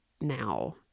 now